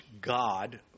God